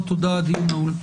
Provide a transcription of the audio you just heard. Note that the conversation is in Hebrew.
תודה, הדיון נעול.